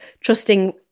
trusting